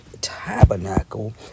tabernacle